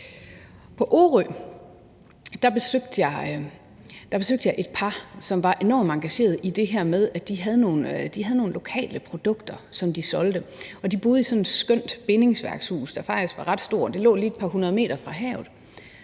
På Orø besøgte jeg et par, som var enormt engageret i det her med, at de havde nogle lokale produkter, som de solgte. De boede i sådan et skønt bindingsværkshus, der faktisk var ret stort. Det lå et par hundrede meter fra havet.